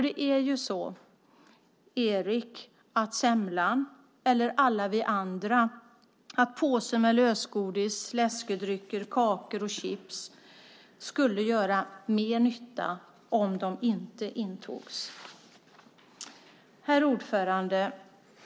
Det är ju så att semlan, Erik, eller påsen med lösgodis, läskedrycken, kakorna och chipsen för många av oss skulle göra mer nytta om de inte intogs. Herr talman!